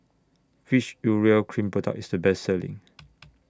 Which Urea Cream Product IS The Best Selling